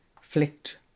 flicked